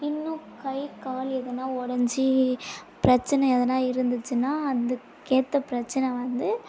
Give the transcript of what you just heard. இன்னும் கை கால் எதனால் உடஞ்சி பிரச்சின எதனால் இருந்துச்சுன்னால் அதுக்கேற்ற பிரச்சின வந்து